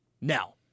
Now